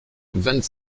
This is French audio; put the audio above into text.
vingt